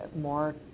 more